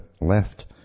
left